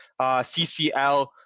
CCL